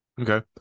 Okay